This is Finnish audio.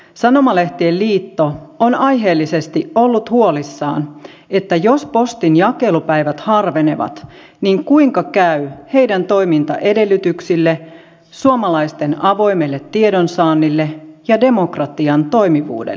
sanomalehtien liitto on aiheellisesti ollut huolissaan siitä että jos postin jakelupäivät harvenevat niin kuinka käy heidän toimintaedellytyksilleen suomalaisten avoimelle tiedonsaannille ja demokratian toimivuudelle